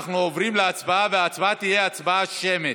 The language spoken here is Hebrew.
אנחנו עוברים להצבעה, וההצבעה תהיה הצבעה שמית,